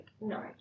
no